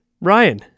Ryan